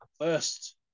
first